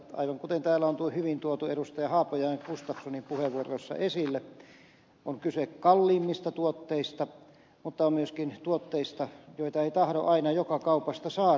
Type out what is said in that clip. aivan kuten täällä on hyvin tuotu edustajien haapojan ja gustafssonin puheenvuoroissa esille on kyse kalliimmista tuotteista mutta myöskin tuotteista joita ei tahdo aina joka kaupasta saada